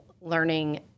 learning